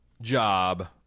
job